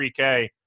3K